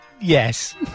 Yes